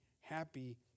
happy